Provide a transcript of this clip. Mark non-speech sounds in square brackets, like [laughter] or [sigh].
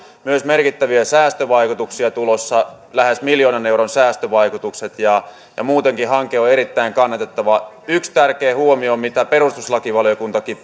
myös merkittäviä säästövaikutuksia tulossa lähes miljoonan euron säästövaikutukset ja ja muutenkin hanke on erittäin kannatettava yksi tärkeä huomio mitä perustuslakivaliokuntakin [unintelligible]